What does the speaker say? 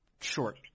short